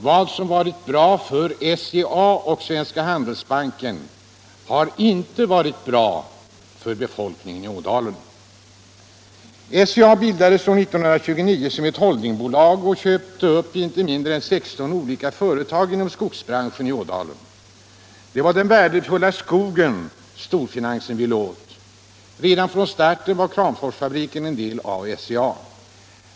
Vad som har varit bra för SCA och Svenska Handelsbanken har inte varit bra för befolkningen i Ådalen. SCA bildades år 1929 som ett holdingbolag och köpte upp inte mindre än 16 olika företag inom skogsbranschen i Ådalen. Det var den värdefulla skogen storfinansen ville åt. Redan från starten var Kramforsfabriken en del av SCA.